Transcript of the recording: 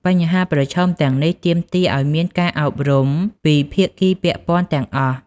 បញ្ហាប្រឈមទាំងនេះទាមទារឱ្យមានការអប់រំពីភាគីពាក់ព័ន្ធទាំងអស់។